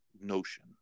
notion